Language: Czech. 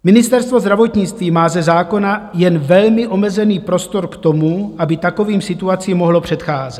Ministerstvo zdravotnictví má ze zákona jen velmi omezený prostor k tomu, aby takovým situacím mohlo předcházet.